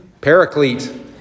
Paraclete